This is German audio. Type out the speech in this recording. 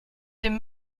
dem